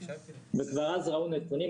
וכבר אז ראו נתונים,